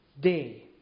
day